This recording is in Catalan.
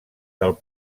del